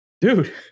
dude